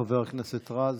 חבר הכנסת רז.